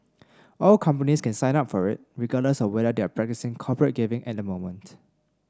all companies can sign up for it regardless of whether they are practising corporate giving at the moment